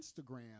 Instagram